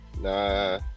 Nah